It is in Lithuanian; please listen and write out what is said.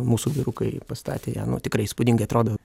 mūsų vyrukai pastatė ją nu tikrai įspūdingai atrodo